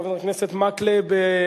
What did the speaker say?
חבר הכנסת מקלב,